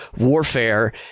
warfare